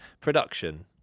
production